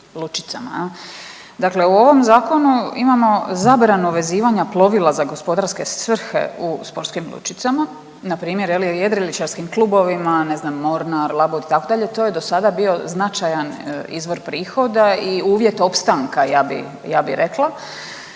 Dakle, u ovom zakonu imamo zabranu vezivanja plovila za gospodarske svrhe u sportskim lučicama npr. je li jedriličarskim klubovima ne znam Mornar, Labud itd. to je dosada bio značajan izvor prihoda i uvjet opstanka, ja bi, ja